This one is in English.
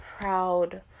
proud